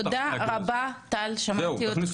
תודה רבה, טל, שמעתי אותך.